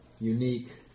unique